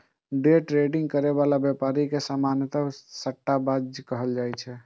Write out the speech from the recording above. day trading करै बला व्यापारी के सामान्यतः सट्टाबाज कहल जाइ छै